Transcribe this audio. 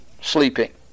sleeping